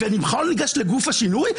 בואו ניגש לגוף השינוי,